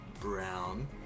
brown